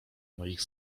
moich